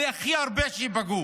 הן ייפגעו